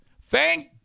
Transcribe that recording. Thank